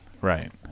right